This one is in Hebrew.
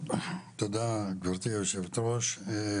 תודה גברתי היושבת ראש,